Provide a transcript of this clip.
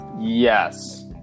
Yes